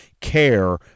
Care